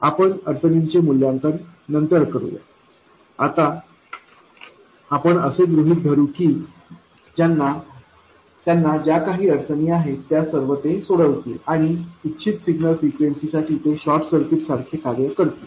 आपण अडचणींचे मूल्यांकन नंतर करूया पण आत्ता आपण असे गृहित धरू की त्यांना ज्या काही अडचणी आहेत त्या सर्व ते सोडवतील आणि इच्छित सिग्नल फ्रिक्वेन्सीसाठी ते शॉर्ट सर्किट सारखे कार्य करतील